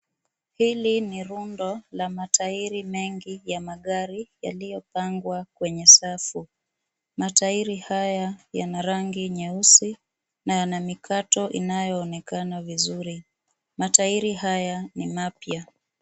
Hili ni rundo la matairi mengi ya magari yaliyopangwa kwenye safu. Matairi haya yana rangi nyeusi na yana mikato inayoonekana vizuri. Matairi haya ni mapya.